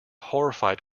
horrified